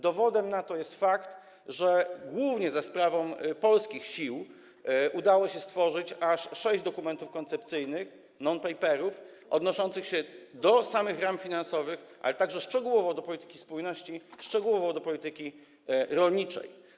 Dowodem na to jest fakt, że głównie za sprawą polskich sił udało się stworzyć aż sześć dokumentów koncepcyjnych, non-paperów, odnoszących się do samych ram finansowych, ale także szczegółowo do polityki spójności, szczegółowo do polityki rolniczej.